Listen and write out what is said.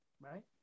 right